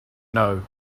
know